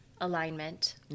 alignment